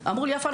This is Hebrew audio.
אמרו לי: יפה,